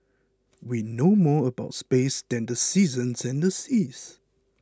we know more about space than the seasons and the seas